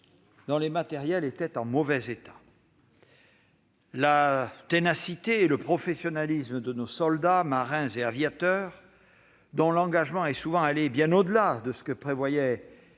dont les matériels étaient en mauvais état. La ténacité et le professionnalisme de nos soldats, marins et aviateurs, dont l'engagement est souvent allé bien au-delà de ce que prévoyaient